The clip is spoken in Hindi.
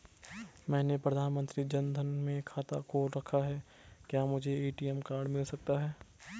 मैंने प्रधानमंत्री जन धन में खाता खोल रखा है क्या मुझे ए.टी.एम कार्ड मिल सकता है?